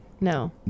No